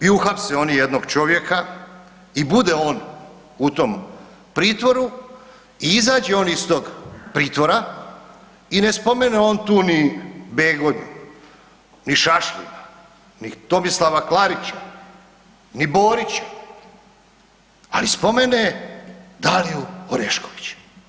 I uhapse oni jednog čovjeka i bude on u tom pritvoru i izađe on iz tog pritvora i ne spomene on tu ni Begonju, ni Šašlina, ni Tomislava Klarića, ni Borića, ali spomene Daliju Orešković.